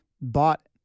bought